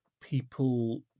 people